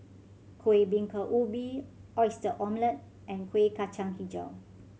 Kueh Bingka Ubi Oyster Omelette and Kuih Kacang Hijau